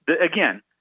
again